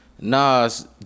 Nas